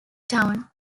town